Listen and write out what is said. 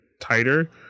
tighter